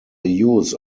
use